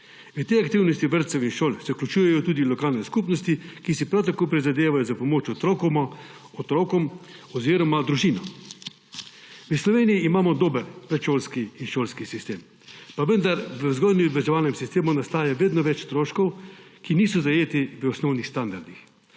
V te aktivnosti vrtcev in šol se vključujejo tudi lokalne skupnosti, ki si prav tako prizadevajo za pomoč otrokom oziroma družinam. V Sloveniji imamo dober predšolski in šolski sistem, pa vendar v vzgojno-izobraževalnem sistemu nastaja vedno več stroškov, ki niso zajeti v osnovnih standardih,